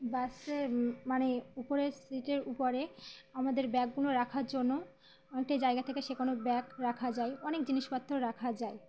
বাসে মানে উপরের সিটের উপরে আমাদের ব্যাগগুলো রাখার জন্য অনেকটাই জায়গা থাকে সেখানেও ব্যাগ রাখা যায় অনেক জিনিসপত্র রাখা যায়